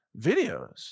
videos